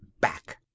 back